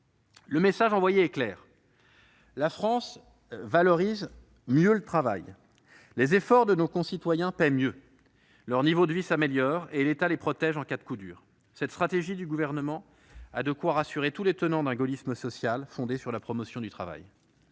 Le message envoyé est clair : la France valorise mieux le travail. Les efforts de nos concitoyens paient mieux. Leur niveau de vie s'améliore, et l'État les protège en cas de coup dur. Cette stratégie du Gouvernement a de quoi rassurer tous les tenants d'un gaullisme social fondé sur la promotion du travail.